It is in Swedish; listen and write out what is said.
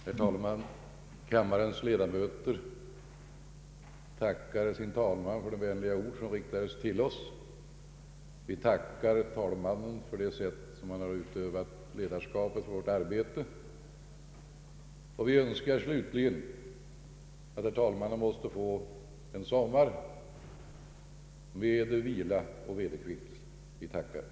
Herr talman! Kammarens ledamöter tackar sin talman för de vänliga ord som riktades till oss. Vi tackar talmannen för det sätt på vilket han har utövat ledarskapet för vårt arbete. Vi önskar slutligen att herr talmannen måtte få en sommar med vila och vederkvickeise. Vi tackar!